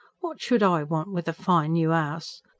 what should i want with a fine noo ouse?